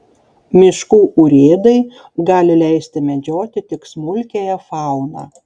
miškų urėdai gali leisti medžioti tik smulkiąją fauną